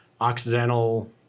Occidental